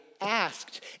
asked